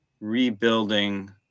rebuilding